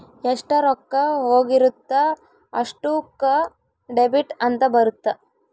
ಎಷ್ಟ ರೊಕ್ಕ ಹೋಗಿರುತ್ತ ಅಷ್ಟೂಕ ಡೆಬಿಟ್ ಅಂತ ಬರುತ್ತ